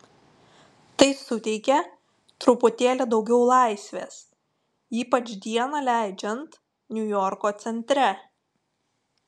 tai suteikia truputėlį daugiau laisvės ypač dieną leidžiant niujorko centre